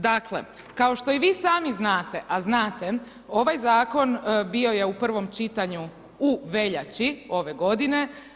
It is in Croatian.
Dakle, kao što vi i sami znate, a znate, ovaj zakon, bio je u prvom čitanju u veljači ove godine.